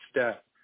step